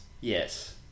Yes